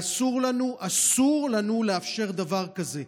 אסור לנו אסור לנו, לאפשר דבר כזה.